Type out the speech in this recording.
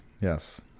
yes